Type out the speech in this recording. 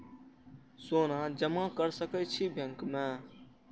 सोना जमा कर सके छी बैंक में?